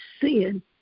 sin